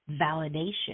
validation